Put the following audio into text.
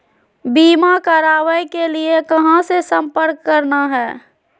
बीमा करावे के लिए कहा संपर्क करना है?